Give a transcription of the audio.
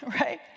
right